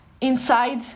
inside